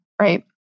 right